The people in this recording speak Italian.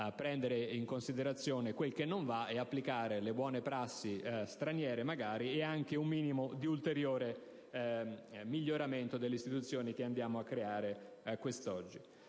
prendere in considerazione quel che non va e applicare magari le buone prassi straniere e anche alcuni ulteriori miglioramenti delle istituzioni che andiamo a creare quest'oggi.